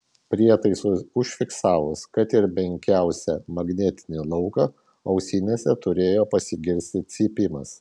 prietaisui užfiksavus kad ir menkiausią magnetinį lauką ausinėse turėjo pasigirsti cypimas